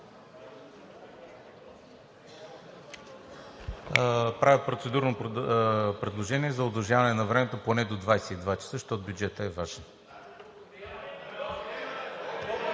Правя процедурно предложение за удължаване на времето поне до 22,00 ч., защото бюджетът е важен.